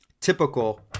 typical